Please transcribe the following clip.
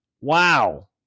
Wow